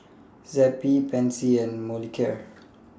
Zappy Pansy and Molicare